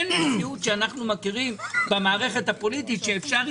אין מציאות שאנו מכירים במערכת הפוליטית שאפשר